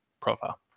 profile